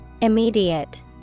Immediate